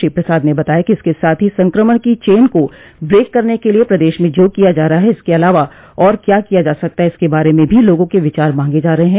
श्री प्रसाद ने बताया कि इसके साथ ही संक्रमण की चेन को ब्रेक करने क लिये प्रदेश में जो किया जा रहा है इसक अलावा और क्या किया जा सकता है इसके बारे में भी लोगों के विचार मांगे जा रहे हैं